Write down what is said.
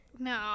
No